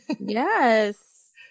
Yes